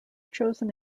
chosen